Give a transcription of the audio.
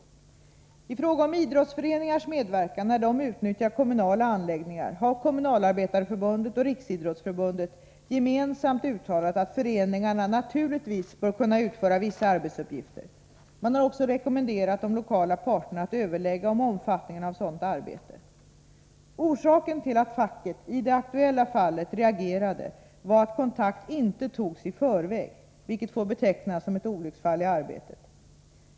I fråga om idrottsföreningarnas medverkan när de utnyttjar kommunala anläggningar har Kommunalarbetareförbundet och Riksidrottsförbundet gemensamt uttalat att föreningarna naturligtvis bör kunna utföra vissa arbetsuppgifter. Man har också rekommenderat de lokala parterna att överlägga om omfattningen av sådant arbete. Orsaken till att facket i det aktuella fallet reagerade var att kontakt inte togs i förväg, vilket får betecknas som ett olycksfall i arbetet.